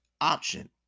option